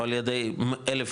או על ידי 1050,